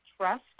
trust